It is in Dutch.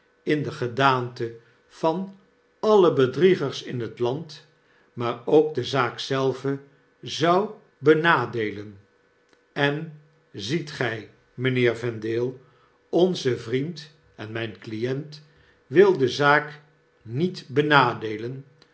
in de gedaante van alle bedriegers in het land maar ook de zaak zelve zou benadeelen en ziet g j mynheer vendale onze vriend en myn client wil de zaak niet benadeelen